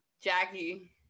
Jackie